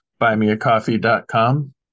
buymeacoffee.com